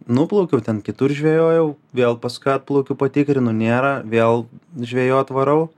nuplaukiau ten kitur žvejojau vėl paskui atplaukiu patikrinu nėra vėl žvejot varau